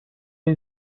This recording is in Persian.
این